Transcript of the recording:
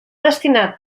destinat